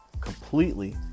completely